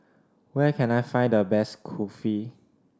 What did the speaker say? where can I find the best Kulfi